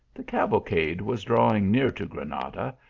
the cavalcade was drawing near to granada,